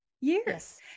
years